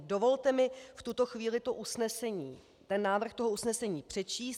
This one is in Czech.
Dovolte mi v tuto chvíli to usnesení, návrh toho usnesení přečíst.